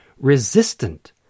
resistant